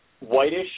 whitish